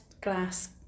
glass